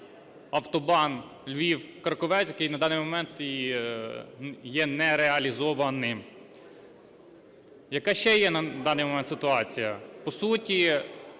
автобан Львів-Краковець, який на даний момент є нереалізованим. Яка ще є на даний момент ситуація? По суті,